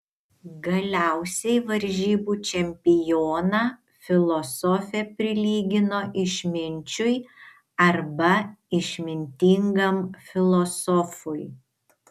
galiausiai varžybų čempioną filosofė prilygino išminčiui arba išmintingam filosofui